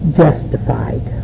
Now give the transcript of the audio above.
justified